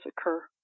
occur